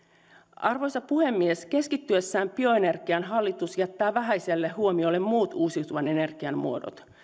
arvoisa puhemies keskittyessään bioenergiaan hallitus jättää vähäiselle huomiolle muut uusiutuvan energian muodot